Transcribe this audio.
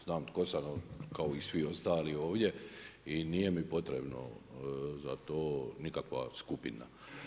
Znam tko sam kao i svi ostali ovdje i nije mi potrebno za to nikakva skupina.